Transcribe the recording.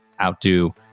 outdo